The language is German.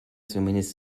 zumindest